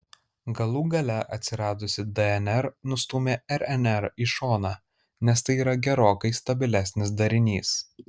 galų gale atsiradusi dnr nustūmė rnr į šoną nes tai yra gerokai stabilesnis darinys